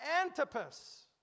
Antipas